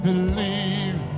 believe